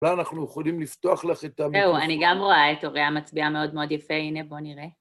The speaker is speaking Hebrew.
אולי אנחנו יכולים לפתוח לך את המיקרופון. זהו, אני גם רואה את אוריה מצביעה מאוד מאוד יפה, הנה, בוא נראה.